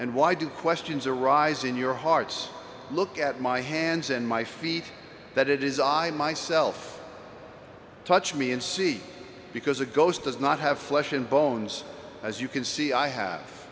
and why do questions arise in your hearts look at my hands and my feet that it is i myself touch me and see because a ghost does not have flesh and bones as you can see i have